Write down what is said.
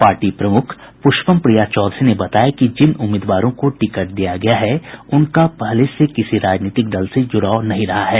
party प्रमुख पुष्पम प्रिया चौधरी ने बताया कि जिन उम्मीदवारों को टिकट दिया गया है उनका पहले से किसी राजनीतिक दल से जुड़ाव नहीं रहा है